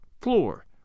floor